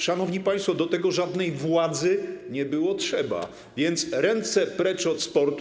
Szanowni państwo, do tego żadnej władzy nie było trzeba, więc ręce precz od sportu,